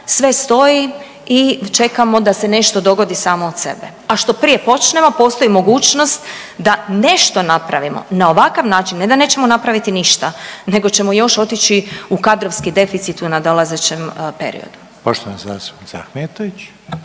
sve stoji i čekamo da se nešto dogodi samo od sebe. A što prije počnemo, postoji mogućnost da nešto napravimo. Na ovakav način ne da nećemo napraviti ništa nego ćemo još otići u kadrovski deficit u nadolazećem periodu.